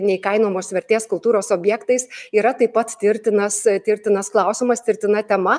neįkainojamos vertės kultūros objektais yra taip pat tirtinas tirtinas klausimas tirtina tema